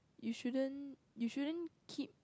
you shouldn't you shouldn't keep